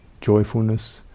joyfulness